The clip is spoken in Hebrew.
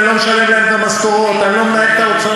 אני לא משלם להם משכורות, אני לא מנהל את ההוצאות,